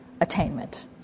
attainment